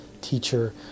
teacher